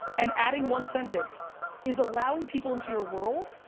and adding one sentence is allowing people into your world,